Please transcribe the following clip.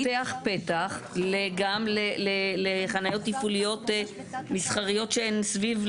אבל זה פותח פתח גם לחניות תפעוליות מסחריות שהן סביב,